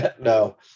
no